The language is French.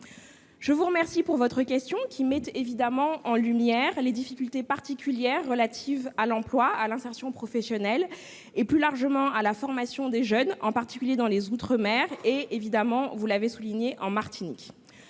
Je vous remercie de votre question, qui met en lumière les difficultés relatives à l'emploi, à l'insertion professionnelle et, plus largement, à la formation des jeunes, en particulier dans les outre-mer, notamment en Martinique.